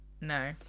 No